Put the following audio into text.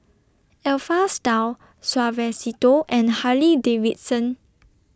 Alpha Style Suavecito and Harley Davidson